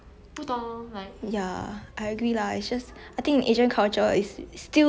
skinny is like the good thing you know but it's like